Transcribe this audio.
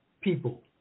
people